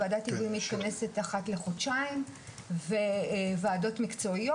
ועדת ההיגוי מתכנסת אחת לחודשיים וועדות מקצועיות,